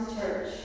church